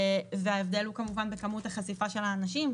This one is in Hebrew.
וההבדל הוא כמובן בכמות החשיפה של אנשים.